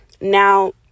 Now